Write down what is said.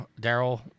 Daryl